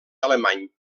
alemany